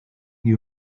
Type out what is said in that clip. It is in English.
you